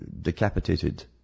decapitated